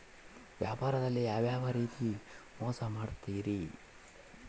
ವ್ಯಾಪಾರದಲ್ಲಿ ಯಾವ್ಯಾವ ರೇತಿ ಮೋಸ ಮಾಡ್ತಾರ್ರಿ?